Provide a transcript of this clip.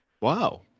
Wow